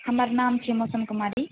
हमर नाम छी मौसम कुमारी